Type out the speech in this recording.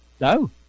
No